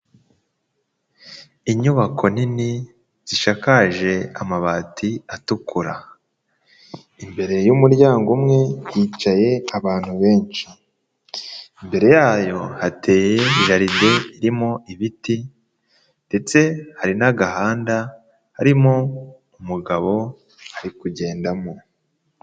Inyubako nini zishakaje amabati atukura, imbere y'umuryango umwe hicaye abantu benshi, imbere yayo hateye jaride irimo ibiti ndetse hari n'agahanda harimo umugabo arikugendamo.